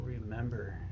remember